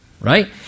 right